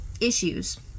issues